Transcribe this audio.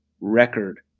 record